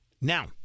Now